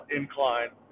incline